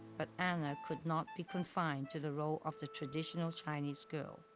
but anna could not be confined to the role of the traditional chinese girl.